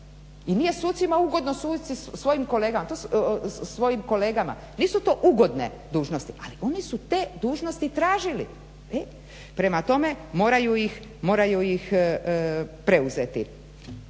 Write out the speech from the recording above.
i nije sucima ugodno suditi svojim kolegama, nisu to ugodne dužnosti ali oni su te dužnosti tražili, prema tome moraju ih preuzeti.